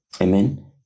Amen